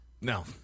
No